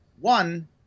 one